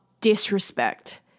disrespect